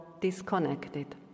disconnected